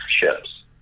ships